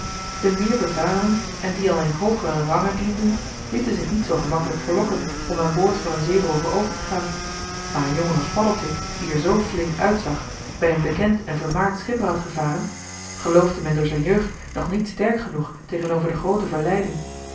de meer bevarenen en die al in hoogere rangen dienden lieten zich niet zoo gemakkelijk verlokken om aan boord van een zeeroover over te gaan maar een jongen als paddeltje die er zoo flink uitzag bij een bekend en joh h been paddeltje de scheepsjongen van michiel de ruijter vermaard schipper had gevaren geloofde men door zijn jeugd nog niet sterk genoeg tegenover de groote verleiding